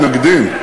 מי המתנגדים?